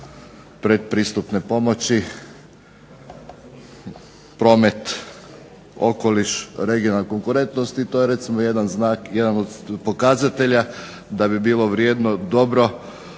predpristupne pomoći, promet, okoliš, regionalna konkurentnost i to je recimo jedan znak, jedan od pokazatelja da bi bilo vrijedno dobro